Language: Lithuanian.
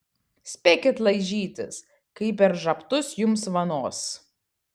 spėkit laižytis kai per žabtus jums vanos